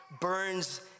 burns